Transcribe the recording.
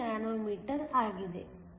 2 nanometre ಆಗಿದೆ